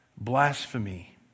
Blasphemy